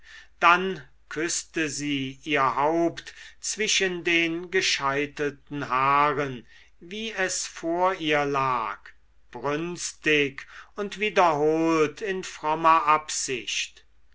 dann küßte sie ihr haupt zwischen den gescheitelten haaren wie es vor ihr lag brünstig und wiederholt in frommer absicht